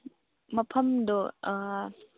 ꯃꯐꯝꯗꯣ